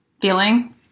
feeling